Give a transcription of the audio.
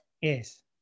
Yes